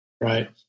Right